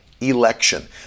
election